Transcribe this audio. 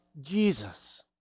Jesus